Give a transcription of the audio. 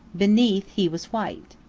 beneath he was white.